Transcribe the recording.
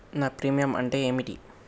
నా ప్రీమియం అంటే ఏమిటి?